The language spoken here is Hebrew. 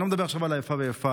אני לא מדבר עכשיו על האיפה ואיפה,